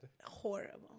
Horrible